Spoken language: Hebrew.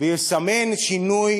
ויסמן שינוי,